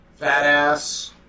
Fatass